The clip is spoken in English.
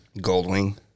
Goldwing